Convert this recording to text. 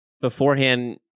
beforehand